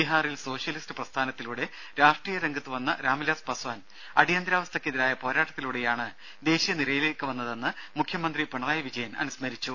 ബീഹാറിൽ സോഷ്യലിസ്റ്റ് പ്രസ്ഥാനത്തിലൂടെ രാഷ്ട്രീയ രംഗത്തുവന്ന രാംവിലാസ് പസ്വാൻ അടിയന്തരാവസ്ഥക്കെതിരായ പോരാട്ടത്തിലൂടെയാണ് ദേശീയ നിരയിലേക്ക് വന്നതെന്ന് മുഖ്യമന്ത്രി പിണറായി വിജയൻ അനുസ്മരിച്ചു